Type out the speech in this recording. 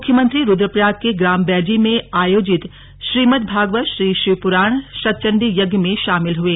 मुख्यमंत्री रुद्रप्रयाग के ग्राम बेंजी में आयोजित श्रीमदभगवद् श्री शिव पुराण शतचण्डी यज्ञ में शामिल हुए